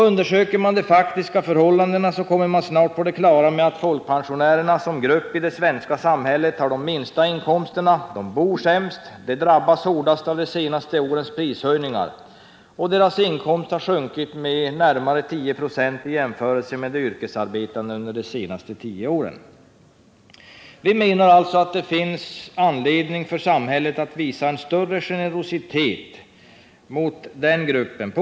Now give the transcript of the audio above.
Undersöker man de faktiska förhållandena kommer man snart på det klara med att folkpensionärerna som grupp i det svenska samhället har de lägsta inkomsterna, bor sämst och har drabbats mest av de senaste årens prishöjningar. Deras inkomster har sjunkit med närmare 10 96 jämfört med de yrkesarbetande under de senaste tio åren. Vi menar att det finns anledning för samhället att på olika sätt visa en större generositet mot den gruppen.